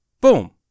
Boom